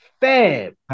Fab